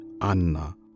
Anna